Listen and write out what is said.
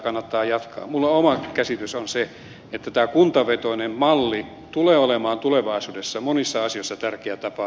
minun oma käsitykseni on se että tämä kuntavetoinen malli tulee olemaan tulevaisuudessa monissa asioissa tärkeä tapa